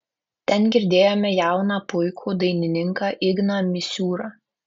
ten girdėjome jauną puikų dainininką igną misiūrą